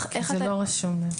זה לא רשום.